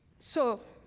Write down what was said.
so